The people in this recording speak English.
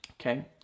okay